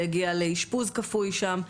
והגיע לאשפוז כפוי שם.